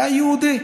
היה יהודי,